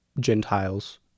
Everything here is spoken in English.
Gentiles